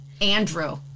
Andrew